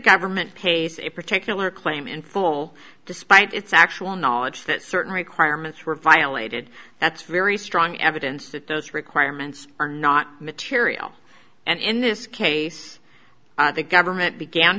government pays a particular claim in full despite its actual knowledge that certain requirements were violated that's very strong evidence that those requirements are not material and in this case the government began